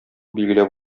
билгеләп